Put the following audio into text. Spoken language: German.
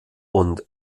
und